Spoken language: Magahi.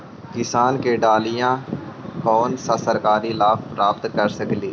किसान के डालीय कोन सा सरकरी लाभ प्राप्त कर सकली?